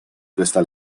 questa